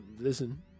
Listen